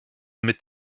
mit